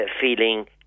feeling